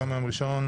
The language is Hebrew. היום יום ראשון,